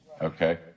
Okay